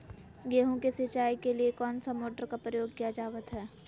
गेहूं के सिंचाई के लिए कौन सा मोटर का प्रयोग किया जावत है?